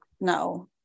No